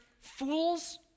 fools